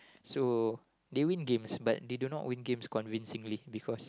so they win games but they do not win games convincingly because